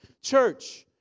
Church